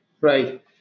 Right